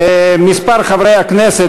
כמה חברי כנסת,